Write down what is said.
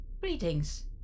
Greetings